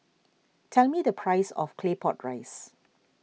tell me the price of Claypot Rice